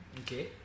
okay